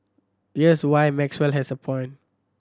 there's why Maxwell has a point